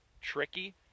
tricky